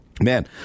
Man